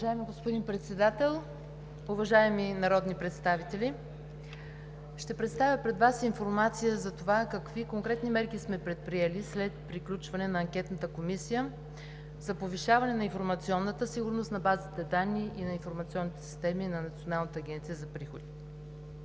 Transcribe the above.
Уважаеми господин Председател, уважаеми народни представители! Ще представя пред Вас информация за това какви конкретни мерки сме предприели след приключване на Анкетната комисия за повишаване на информационната сигурност на базите данни и на информационните системи на Националната агенция за приходите.